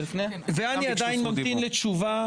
ואני עדיין ממתין לתשובה,